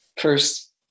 first